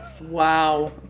Wow